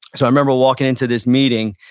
so, i remember walking into this meeting,